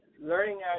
learning